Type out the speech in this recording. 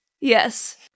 Yes